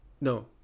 No